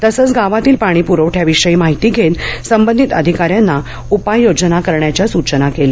तसंच गावातील पाणी प्रवठ्याविषयी माहिती घेत संबंधित अधिकाऱ्यांना उपाय योजना करण्याच्या सूचना दिल्या